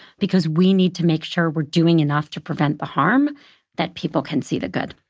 because we need to make sure we're doing enough to prevent the harm that people can see the good.